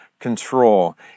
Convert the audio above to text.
Control